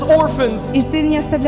orphans